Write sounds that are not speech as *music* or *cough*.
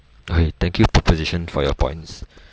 alright thank you proposition for your points *breath*